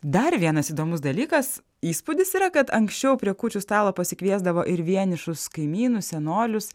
dar vienas įdomus dalykas įspūdis yra kad anksčiau prie kūčių stalo pasikviesdavo ir vienišus kaimynus senolius